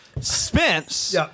Spence